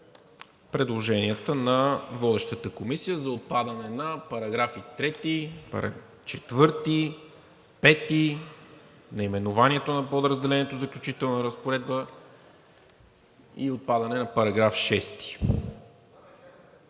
предложенията на водещата Комисия за отпадане на параграфи 3, 4, 5, наименованието на Подразделението „Заключителна разпоредба“ и отпадане на § 6.